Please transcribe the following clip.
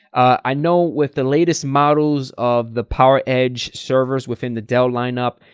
i know with the latest models of the power edge servers within the dell lineup,